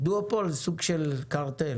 דואופול זה סוג של קרטל.